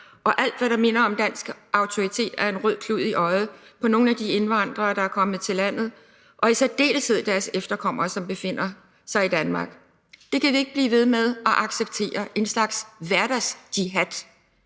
og alt, hvad der minder om dansk autoritet, er en rød klud i øjet på nogle af de indvandrere, der er kommet til landet, og i særdeleshed deres efterkommere, som befinder sig i Danmark. Det kan vi ikke blive ved med at acceptere, altså en slags hverdagsjihad.